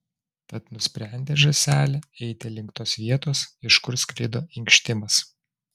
tad nusprendė žąsele eiti link tos vietos iš kur sklido inkštimas